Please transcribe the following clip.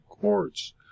courts